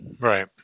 Right